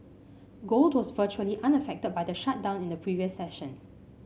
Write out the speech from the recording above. gold was virtually unaffected by the shutdown in the previous session